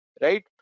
right